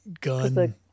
gun